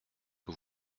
que